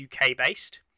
UK-based